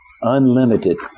unlimited